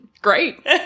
Great